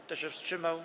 Kto się wstrzymał?